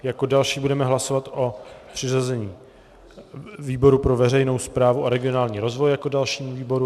Jako další budeme hlasovat o přiřazení výbor pro veřejnou správu a regionální rozvoj jako dalšímu výboru.